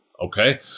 Okay